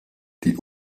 die